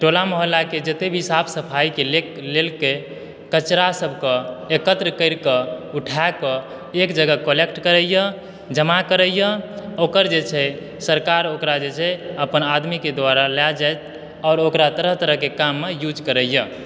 टोला मोहल्लाके जतय भी साफ सफाइके लेलकय कचरा सभके एकत्र करिक उठाक एक जगह कलेक्ट करयए जमा करयए आ ओकर जे छै सरकार ओकरा जे छै अपन आदमीके द्वारा लए जाइ आओर ओकरा तरह तरहके काममे यूज करयए